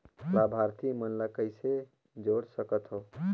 लाभार्थी मन ल कइसे जोड़ सकथव?